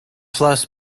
framework